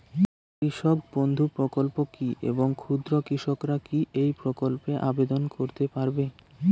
কৃষক বন্ধু প্রকল্প কী এবং ক্ষুদ্র কৃষকেরা কী এই প্রকল্পে আবেদন করতে পারবে?